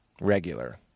Regular